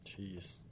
Jeez